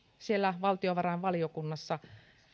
valtiovarainvaliokunnassa